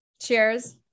Cheers